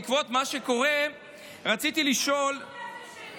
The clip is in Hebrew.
בעקבות מה שקורה רציתי לשאול,